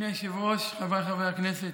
אדוני היושב-ראש, חבריי חברי הכנסת,